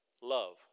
love